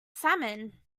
salmon